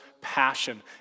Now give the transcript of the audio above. passion